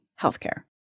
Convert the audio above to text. healthcare